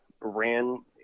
ran